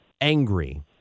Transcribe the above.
angry